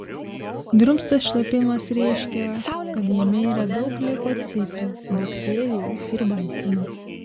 drumstas šlapimas reiškia kad jame yra daug leukocitų bakterijų ir baltymo